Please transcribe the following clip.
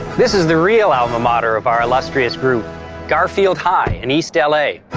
this is the real alma mater of our illustrious group garfield high in east l a.